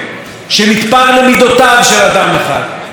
שנדרשה בו חוות דעת של היועץ המשפטי לממשלה,